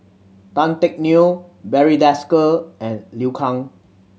Tan Teck Neo Barry Desker and Liu Kang